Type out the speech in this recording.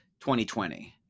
2020